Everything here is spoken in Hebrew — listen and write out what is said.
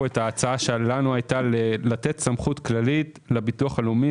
את ההצעה שלנו הייתה לתת סמכות כללית לביטוח הלאומי